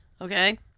Okay